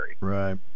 Right